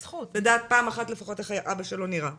לדעת פעם אחת לפחות איך אבא שלו נראה.